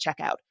checkout